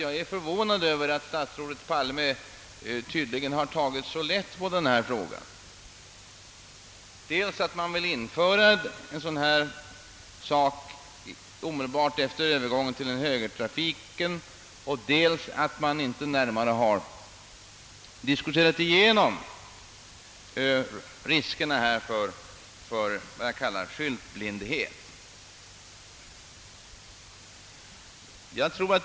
Jag är förvånad över att statsrådet Palme tydligen tagit så lätt på denna fråga, dels genom att vilja införa denna differentierade hastighetsbegränsning i omedelbar anslutning till övergången till högertrafik, och dels genom natt riskerna för vad jag kallar skyltblindhet inte diskuterats.